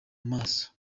amaso